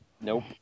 nope